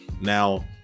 Now